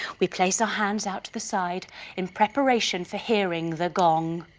we place our hands out to the side in preparation for hearing the gong.